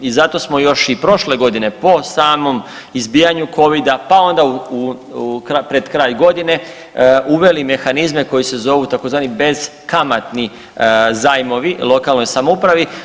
I zato smo još i prošle godine po samom izbijanju Covida, pa onda pred kraj godine uveli mehanizme koji se zovu tzv. beskamatni zajmovi lokalnoj samoupravi.